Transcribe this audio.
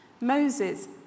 Moses